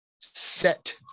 set